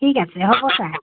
ঠিক আছে হ'ব ছাৰ